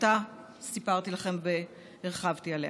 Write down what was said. שעליה סיפרתי לכם והרחבתי עליה.